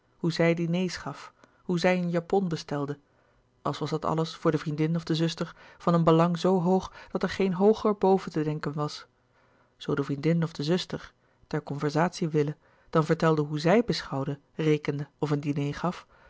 hoe zij diners gaf hoe zij een japon bestelde als was dat alles voor de vriendin of de zuster van een belang zoo hoog dat er geen hooger boven te denken was zoo de vriendin of de zuster ter conversatie wille dan vertelde hoe z i j beschouwde rekende of een diner gaf